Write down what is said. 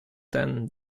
ten